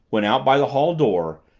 went out by the hall door,